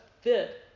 fit